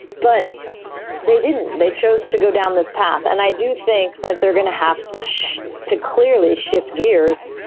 but they didn't. they chose to go down this path. and i do think that they're going to have to show too clearly shift gears.